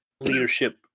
leadership